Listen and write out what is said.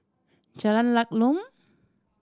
Jalan Lakum